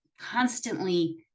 constantly